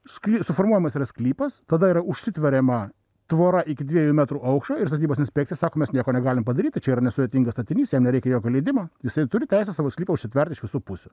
skly suformuojamas yra sklypas tada yra užsitveriama tvora iki dviejų metrų aukščio ir statybos inspekcija sako mes nieko negalime padaryti čia yra nesudėtingas statinys jam nereikia jokio leidimo jisai turi teisę savo sklypą užsitverti iš visų pusių